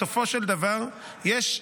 בסופו של דבר יש,